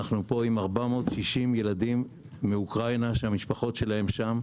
אנו פה עם 460 ילדים מאוקראינה שהמשפחות שלהם שם,